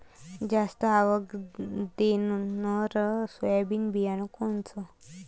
जास्त आवक देणनरं सोयाबीन बियानं कोनचं?